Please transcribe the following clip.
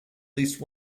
least